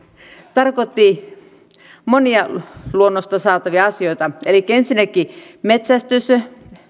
tarkoitti monia luonnosta saatavia asioita elikkä ensinnäkin metsästystä